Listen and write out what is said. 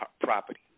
property